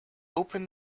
open